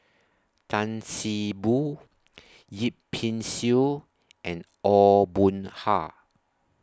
Tan See Boo Yip Pin Xiu and Aw Boon Haw